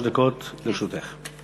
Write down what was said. שלוש דקות לרשותך.